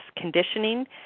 conditioning